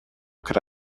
could